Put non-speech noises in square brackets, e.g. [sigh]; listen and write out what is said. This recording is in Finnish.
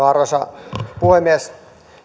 [unintelligible] arvoisa puhemies